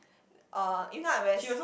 uh if not I wears